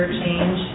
change